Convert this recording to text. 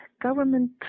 government